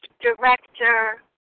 director